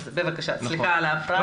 בבקשה, סליחה על ההפרעה.